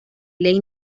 ley